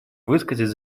высказать